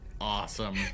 Awesome